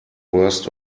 worst